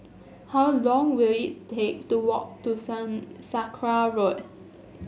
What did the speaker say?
how long will it take to walk to sun Sakra Road